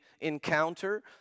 encounter